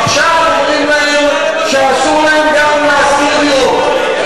עכשיו אומרים להם שאסור להם גם לשכור דירות.